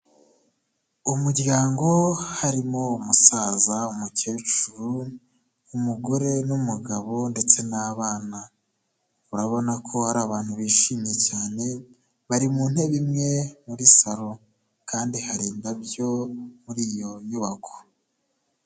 Umuryango harimo umusaza, umukecuru, umugore n'umugabo ndetse n'abana, urabona ko ari abantu bishimye cyane bari mu ntebe imwe muri salo, kandi hari indabyo muri iyo nyubako.